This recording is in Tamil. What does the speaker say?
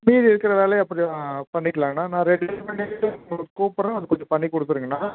மீதியிருக்கிற வேலையை அப்பறம் பண்ணிக்கிலாங்கனா நான் ரெடி பண்ணிவிட்டு உங்களுக்கு கூப்புடுறேன் அதை கொஞ்சம் பண்ணி கொடுத்துருங்கண்ணா